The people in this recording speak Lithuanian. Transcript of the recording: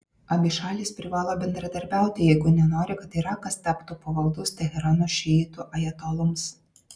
abi šalys privalo bendradarbiauti jeigu nenori kad irakas taptų pavaldus teherano šiitų ajatoloms